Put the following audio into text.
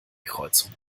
kreuzung